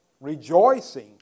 rejoicing